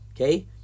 Okay